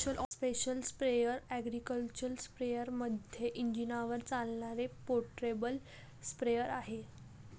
special sprayer agriculture स्पेअरमध्ये इंजिनावर चालणारे पोर्टेबल स्प्रेअर आहे